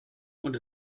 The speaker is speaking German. und